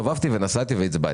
הסתובבתי ונסעתי לירושלים והצבעתי,